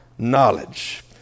knowledge